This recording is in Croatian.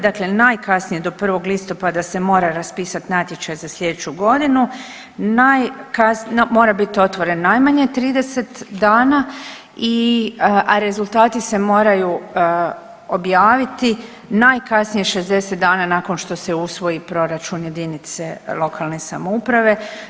Dakle, najkasnije do 1. listopada se mora raspisati natječaj za sljedeću godinu, mora biti otvoren najmanje 30 dana i a rezultati se moraju objaviti najkasnije 60 dana nakon što se usvoji proračun jedinice lokalne samouprave.